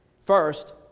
First